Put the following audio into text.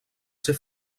ser